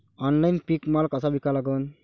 Online पीक माल कसा विका लागन?